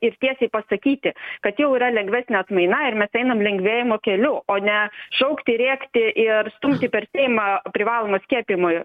ir tiesiai pasakyti kad jau yra lengvesnė atmaina ir mes einam lengvėjimo keliu o ne šaukti rėkti ir stumti per seimą privalomą skiepijimo